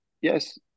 yes